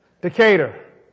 Decatur